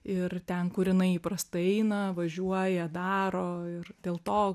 ir ten kur jinai įprastai eina važiuoja daro ir dėl to